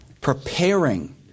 preparing